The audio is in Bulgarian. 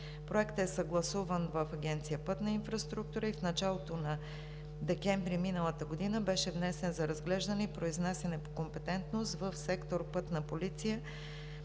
Проектът е съгласуван в Агенция „Пътна инфраструктура“ и в началото на декември миналата година беше внесен за разглеждане и произнасяне по компетентност в сектор „Пътна полиция“